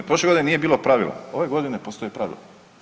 Prošle godine nije bilo pravila, ove godine postoje pravila.